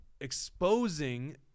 exposing